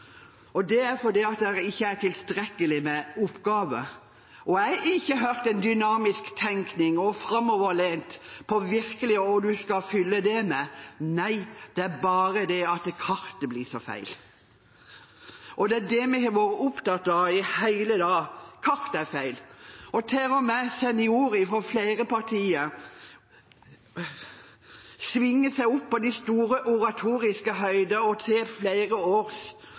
og det er fordi det ikke er tilstrekkelig med oppgaver. Jeg har ikke hørt en dynamisk tenkning, framoverlent, om hva man virkelig skal fylle dette med – nei, det er bare det at kartet blir så feil. Det er det vi har vært opptatt av i hele dag – at kartet er feil. Til og med seniorer fra flere partier svinger seg opp på de store oratoriske